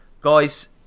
guys